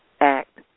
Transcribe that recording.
Act